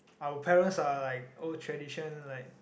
our parents are like old tradition like